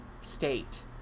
state